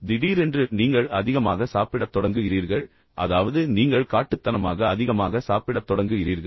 திடீரென்று நீங்கள் அதிகமாக சாப்பிடத் தொடங்குகிறீர்கள் அதாவது நீங்கள் காட்டுத்தனமாக அதிகமாக சாப்பிடத் தொடங்குகிறீர்கள்